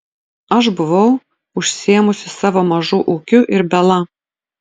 aš buvau užsiėmusi savo mažu ūkiu ir bela